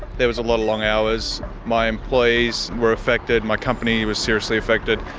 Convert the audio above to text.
there was a lot of long hours. my employees were affected. my company was seriously affected.